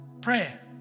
Prayer